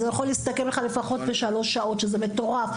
אז זה יכול להסתכם לך לפחות בשלוש שעות שזה מטורף,